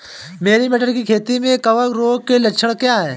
मेरी मटर की खेती में कवक रोग के लक्षण क्या हैं?